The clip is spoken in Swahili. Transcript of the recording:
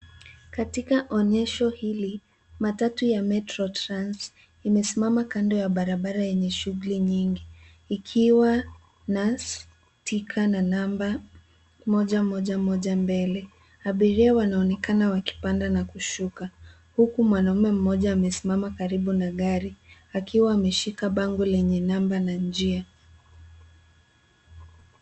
Katika onyesho hili, matatu ya Metrotrans imesimama kando ya barabara yenye shughuli nyingi ikiwa na sticker na namba moja moja moja mbele. Abiria wanaonekana wakipanda na kushuka huku mwanaume mmoja amesimama karibu na gari akiwa ameshika bango lenye namba na njia.